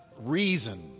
reason